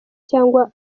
cyangwa